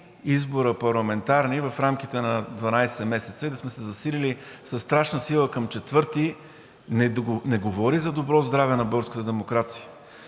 три парламентарни избора в рамките на 12 месеца и да сме се засилили със страшна сила към четвърти, не говори за доброто здраве на българската демокрация.